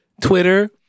Twitter